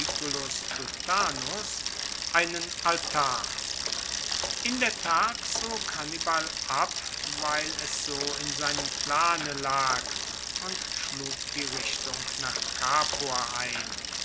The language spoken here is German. einen altar in der tat zog hannibal ab weil es so in seinem plane lag und schlug die richtung nach capua ein